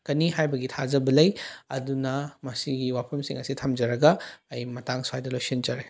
ꯀꯅꯤ ꯍꯥꯏꯕꯒꯤ ꯊꯥꯖꯕ ꯂꯩ ꯑꯗꯨꯅ ꯃꯁꯤꯒꯤ ꯋꯥꯐꯝꯁꯤꯡ ꯑꯁꯤ ꯊꯝꯖꯔꯒ ꯑꯩ ꯃꯇꯥꯡ ꯁ꯭ꯋꯥꯏꯗ ꯂꯣꯏꯁꯤꯟꯖꯔꯦ